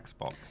Xbox